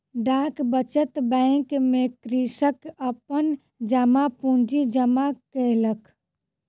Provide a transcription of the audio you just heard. डाक बचत बैंक में कृषक अपन जमा पूंजी जमा केलक